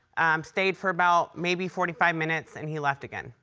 um, stayed for about. maybe forty five minutes, and he left again.